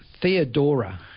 Theodora